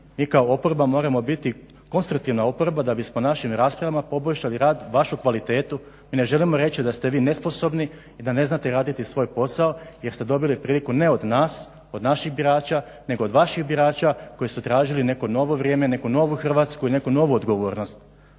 i ako oporba moramo biti konstruktivna oporba da bismo našim raspravama poboljšali rad, vašu kvalitetu. Mi ne želimo reći da ste vi nesposobni i da ne znate raditi svoj posao jer ste dobili priliku ne od nas, od naših birača nego od vaših birača koji su tražili neko novo vrijeme, neku novu Hrvatsku i neku novu odgovornost.